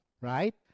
right